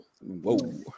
Whoa